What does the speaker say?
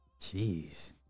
Jeez